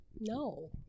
No